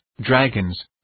dragons